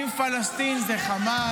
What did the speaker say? חלומות, חלומות --- האם פלסטין זו חמאס?